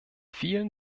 vielen